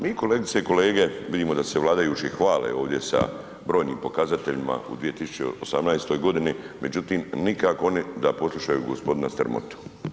Mi kolegice kolege vidimo da se vladajući hvale ovdje sa brojnim pokazateljima u 2018. godini, međutim nikako oni da poslušaju gospodina Strmotu.